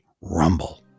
rumble